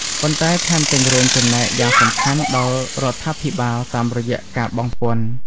ប៉ុន្តែថែមទាំងរួមចំណែកយ៉ាងសំខាន់ដល់រដ្ឋាភិបាលតាមរយៈការបង់ពន្ធ។